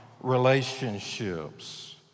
relationships